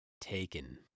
Taken